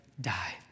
die